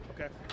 Okay